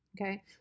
Okay